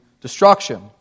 destruction